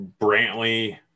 brantley